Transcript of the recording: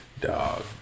Dog